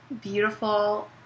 beautiful